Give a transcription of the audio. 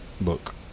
book